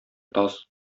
таз